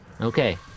okay